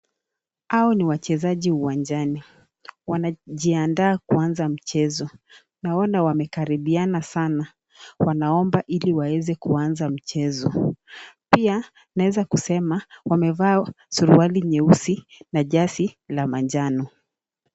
Hao ni wachezaji uwanjani, wanajiandaa kuanza mchezo , naona wamekaribiana sana wanaomba ili waeze kuanza mchezo, pia naweza kusema wamevaa suruali jeusi na shati za manjano.